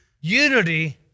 unity